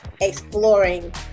exploring